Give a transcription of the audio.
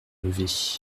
lever